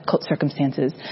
circumstances